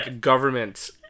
government